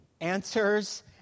answers